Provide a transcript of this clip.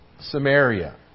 Samaria